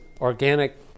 organic